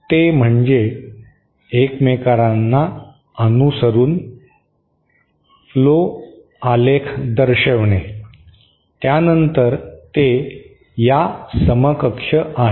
ते म्हणजे एकमेकांना अनुसरून फ्लो आलेख दर्शविणे त्यानंतर ते या समकक्ष आहे